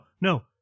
no